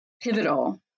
pivotal